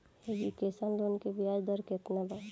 Education loan के ब्याज दर केतना बा?